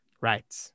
Right